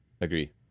agree